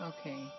Okay